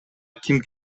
ким